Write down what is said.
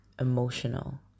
emotional